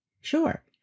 Sure